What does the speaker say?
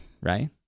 Right